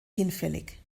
hinfällig